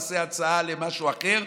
נעשה הצעה למשהו אחר.